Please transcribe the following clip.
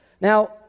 Now